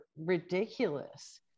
ridiculous